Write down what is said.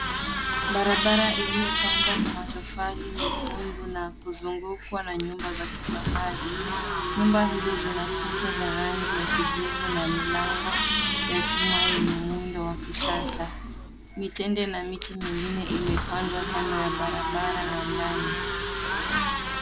Barabara iliyopambwa kwa matofali mekundu na kuzungukwa na nyumba za kifahari. Nyumba hizo zina kuta za rangi ya kijivu na milango ya chuma yenye muundo wa kisasa. Mitende na miti mingine imepandwa kando ya barabara na ndani.